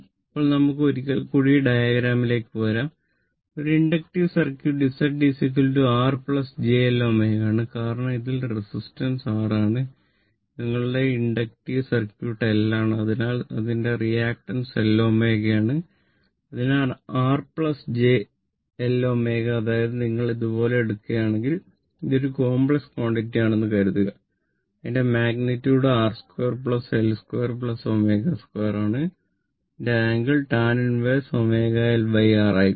ഇപ്പോൾ നമുക്ക് ഒരിക്കൽക്കൂടി ഡയഗ്രാമിലേക്ക് മടങ്ങിവരാം ഒരു inductive circuit Z R j L ω ആണ് കാരണം ഇതിൽ റെസിസ്റ്റൻസ് ആയിരിക്കും